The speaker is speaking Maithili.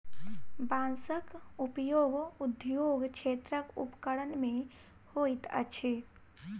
बांसक उपयोग उद्योग क्षेत्रक उपकरण मे होइत अछि